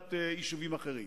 בלא-מעט יישובים אחרים.